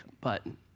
button